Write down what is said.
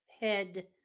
head